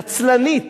נצלנית.